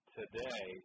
today